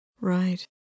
Right